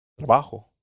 trabajo